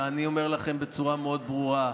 ואני אומר לכם בצורה מאוד ברורה: